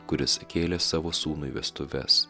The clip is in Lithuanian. kuris kėlė savo sūnui vestuves